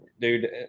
dude